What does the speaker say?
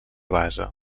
base